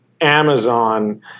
Amazon